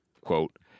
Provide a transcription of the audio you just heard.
quote